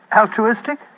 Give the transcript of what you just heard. altruistic